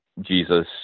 Jesus